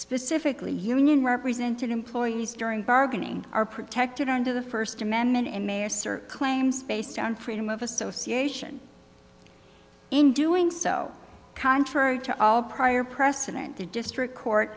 specifically union represented employees during bargaining are protected under the first amendment and mayor sir claims based on freedom of association in doing so contrary to all prior precedent the district court